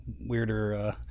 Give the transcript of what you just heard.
weirder